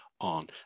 on